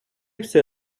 все